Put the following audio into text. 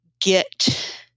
get